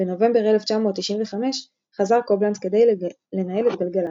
בנובמבר 1995 חזר קובלנץ כדי לנהל את גלגלצ,